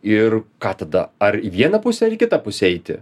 ir ką tada ar į vieną pusę ir į kitą pusę eiti